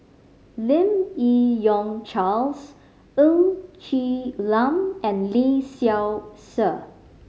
Lim Yi Yong Charles Ng Quee Lam and Lee Seow Ser